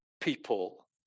people